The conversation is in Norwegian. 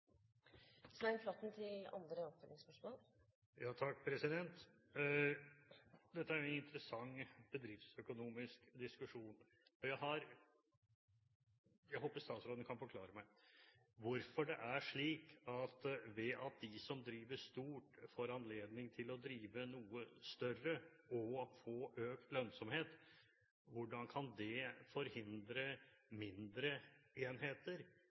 Dette er en interessant bedriftsøkonomisk diskusjon. Jeg håper statsråden kan forklare meg hvorfor det er slik at mens de som driver stort, får anledning til å drive noe større og få økt lønnsomhet, forhindres mindre enheter å sette i gang og drive – kanskje lønnsomt – når, som det